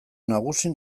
nagusi